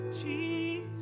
Jesus